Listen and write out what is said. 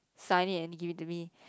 sign it and give it to me